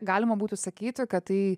galima būtų sakyti kad tai